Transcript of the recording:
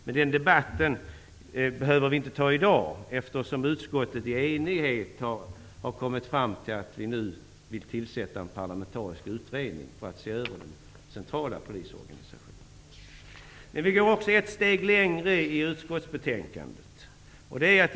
Men den debatten behöver vi inte ta i dag, eftersom utskottet i enighet har kommit fram till att en parlamentarisk utredning bör tillsättas för att se över den centrala polisorganisationen. Men utskottet går i utskottsbetänkandet ett steg längre.